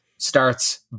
starts